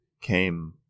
came